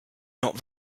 not